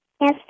Yes